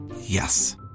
Yes